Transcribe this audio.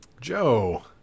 Joe